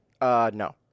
No